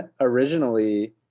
originally